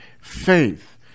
faith